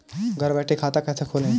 घर बैठे खाता कैसे खोलें?